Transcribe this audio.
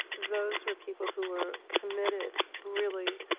those were people who were committed, really,